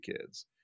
kids